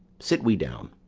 sit we down,